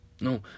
no